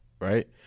right